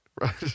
right